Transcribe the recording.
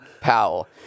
Powell